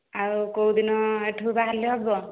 ଆଉ କେଉଁ ଦିନ ଏଠୁ ବାହାରିଲେ ହେବ